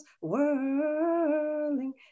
whirling